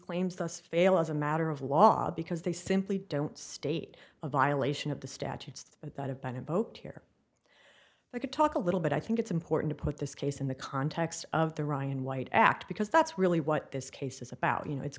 claims thus fail as a matter of law because they simply don't state a violation of the statutes that have been invoked here i could talk a little but i think it's important to put this case in the context of the ryan white act because that's really what this case is about you know it's